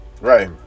Right